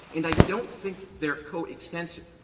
and i don't think they're coextensive.